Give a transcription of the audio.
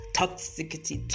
toxicity